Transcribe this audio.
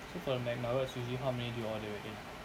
actually for the mcnuggets usually how many do you order again